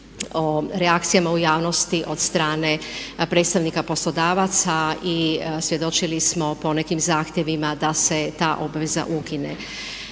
o reakcijama u javnosti od strane predstavnika poslodavaca i svjedočili smo ponekim zahtjevima da se ta obveza ukine.